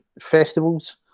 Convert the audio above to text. festivals